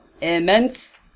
Immense